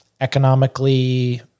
economically